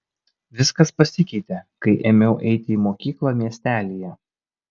viskas pasikeitė kai ėmiau eiti į mokyklą miestelyje